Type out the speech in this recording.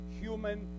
human